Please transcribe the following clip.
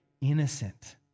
Innocent